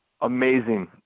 amazing